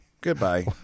Goodbye